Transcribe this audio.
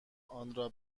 آنرا